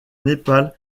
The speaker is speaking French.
népal